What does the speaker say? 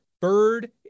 bird